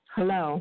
Hello